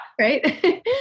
Right